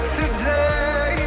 today